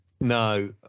No